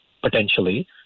potentially